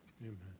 Amen